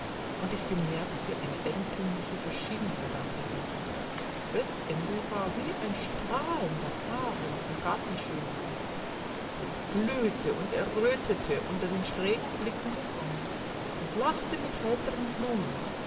und ich bemerkte eine eigentümliche verschiedenheit an ihnen das westende war wie ein strahlender harem von gartenschönheiten es glühte und errötete unter den schrägen blicken der sonne und lachte mit heiteren blumen